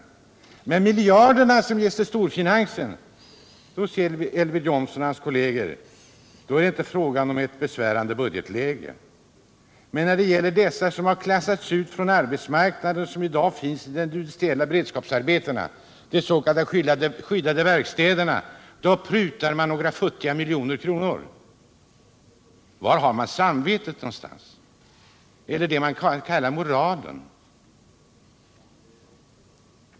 När det gäller miljarderna som ges till storfinansen tycker inte Elver Jonsson och hans kolleger 123 att det är fråga om ett besvärande budgetläge. Men till dessa som har klassats ut från arbetsmarknaden och som i dag finns i industriella beredskapsarbeten, de s.k. skyddade verkstäderna, prutar man några futtiga miljoner. Var har man samvetet någonstans? Är det det man kallar moralen?